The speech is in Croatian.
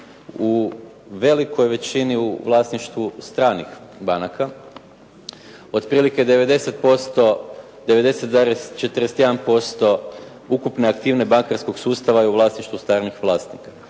u velikoj većini u vlasništvu stranih banaka, otprilike 90%, 90,41% ukupne aktive bankarskog sustava je u vlasništvu stalnih vlasnika.